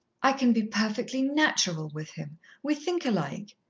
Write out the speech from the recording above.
i can be perfectly natural with him we think alike,